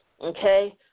okay